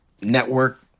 network